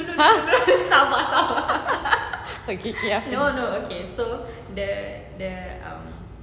ha okay K K